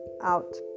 out